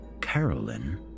Carolyn